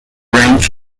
range